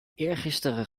eergisteren